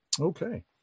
Okay